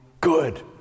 Good